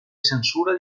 censura